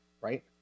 Right